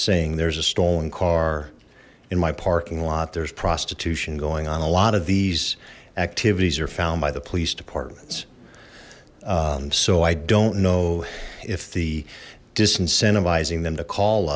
saying there's a stolen car in my parking lot there's prostitution going on a lot of these activities are found by the police departments so i don't know if the disincentivizing them to call